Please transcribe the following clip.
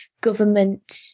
government